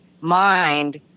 mind